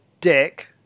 dick